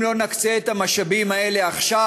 אם לא נקצה את המשאבים האלה עכשיו,